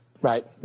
right